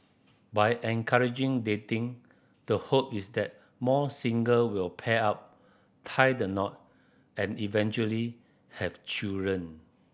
by encouraging dating the hope is that more single will pair up tie the knot and eventually have children